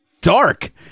dark